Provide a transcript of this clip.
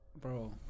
Bro